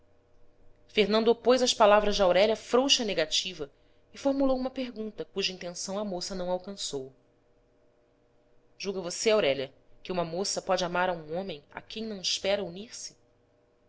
fernando opôs às palavras de aurélia frouxa negativa e formulou uma pergunta cuja intenção a moça não alcançou julga você aurélia que uma moça pode amar a um homem a quem não espera unir-se